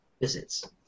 visits